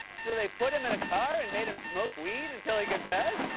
so they put him in a car and made him smoke weed until he confessed?